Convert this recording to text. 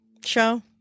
show